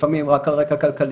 לפעמים רק על רקע כלכלי.